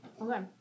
Okay